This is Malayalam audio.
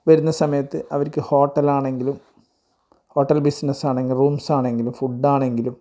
വരുന്ന സമയത്ത് അവർക്ക് ഹോട്ടലാണെങ്കിലും ഹോട്ടൽ ബിസിനസ്സാണെങ്കിൽ റൂംസ്സാണെങ്കിലും ഫുഡ്ഡാണെങ്കിലും